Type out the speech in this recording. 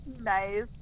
Nice